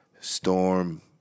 storm